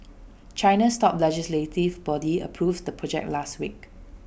China's top legislative body approved the project last week